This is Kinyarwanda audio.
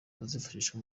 bazifashisha